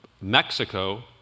Mexico